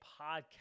podcast